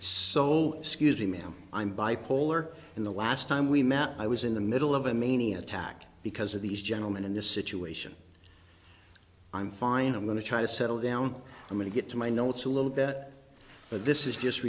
scuse me ma'am i'm bipolar in the last time we met i was in the middle of a mania attack because of these gentlemen in this situation i'm fine i'm going to try to settle down i'm going to get to my notes a little bit but this is just